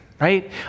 right